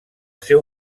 seu